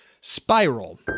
Spiral